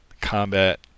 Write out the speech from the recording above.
Combat